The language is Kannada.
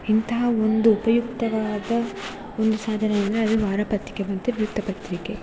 ಇಂತಹ ಒಂದು ಉಪಯುಕ್ತವಾದ ಒಂದು ಸಾಧನ ಅಂದರೆ ಅದು ವಾರಪತ್ರಿಕೆ ಮತ್ತು ವೃತ್ತಪತ್ರಿಕೆ